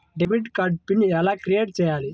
Debit card PIN ఎలా create చెయ్యాలి?